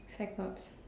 Cyclops